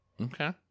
Okay